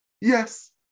Yes